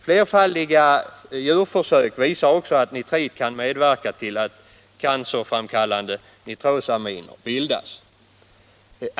Flerfaldiga djurförsök visar även att nitrit kan medverka till att cancerframkallande nitrosaminer bildas.